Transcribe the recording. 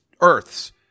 Earths